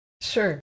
sure